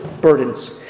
burdens